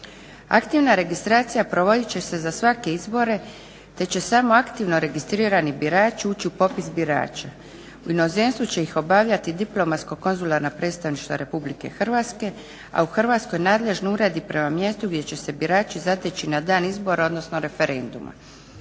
Aktivna registracija provodit će se za svake izbore te će samo aktivno registrirani birači ući u popis birača. U inozemstvu će ih obavljati diplomatsko konzularna predstavništva Republike Hrvatske, a u Hrvatskoj nadležni uredi prema mjestu gdje se birači zateći na dan izbora, odnosno referenduma.